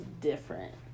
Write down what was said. different